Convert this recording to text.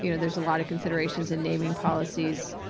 you know there's a lot of considerations in naming policies,